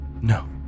No